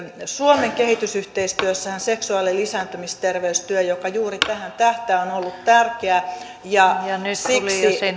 suomen kehitysyhteistyössähän seksuaali ja lisääntymisterveystyö joka juuri tähän tähtää on on ollut tärkeä ja siksi